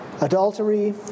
adultery